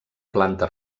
planta